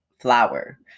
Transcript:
flower